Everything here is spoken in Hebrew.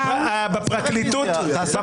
חבר הכנסת סעדה, אתה ביקשת קיבלת.